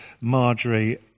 Marjorie